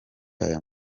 aya